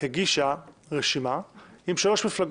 הגישה רשימה עם שלוש מפלגות: